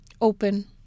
open